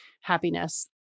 happiness